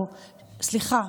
או סליחה,